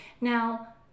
Now